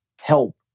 Help